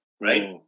Right